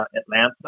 Atlanta